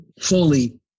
fully